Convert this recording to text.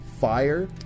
fire